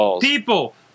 people